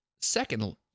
Second